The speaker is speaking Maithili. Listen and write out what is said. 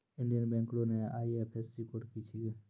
इंडियन बैंक रो नया आई.एफ.एस.सी कोड की छिकै